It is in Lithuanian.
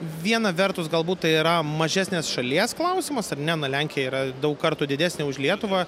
viena vertus galbūt tai yra mažesnės šalies klausimas ar ne na lenkija yra daug kartų didesnė už lietuvą